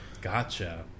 Gotcha